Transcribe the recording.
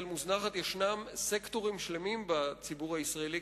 יש סקטורים שלמים בציבור הישראלי,